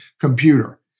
computer